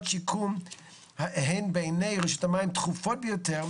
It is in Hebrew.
שיקום הן בעייני רשות המים דחופות ביותר,